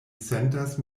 sentas